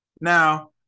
Now